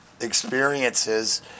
experiences